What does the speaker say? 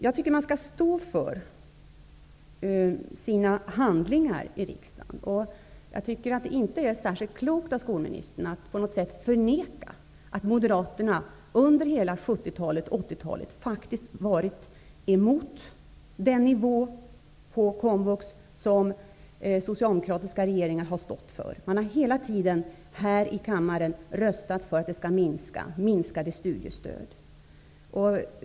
Jag tycker att man skall stå för sina handlingar i riksdagen. Det är inte särskilt klokt av skolministern att förneka att Moderaterna under hela 70 och 80-talet faktiskt varit emot den nivå på komvux som socialdemokratiska regeringar har stått för. Man har hela tiden här i kammaren röstat för minskningar av komvux och av studiestöd.